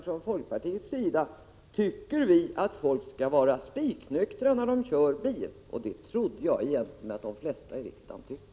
Från folkpartiets sida tycker vi att folk skall vara spiknyktra när de kör bil, och det trodde jag att de flesta i riksdagen tycker.